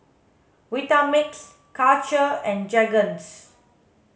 Vitamix Karcher and Jergens